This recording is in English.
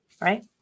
Right